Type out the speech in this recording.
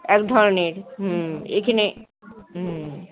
এক ধরনের হুম এখানে হুম